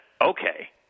okay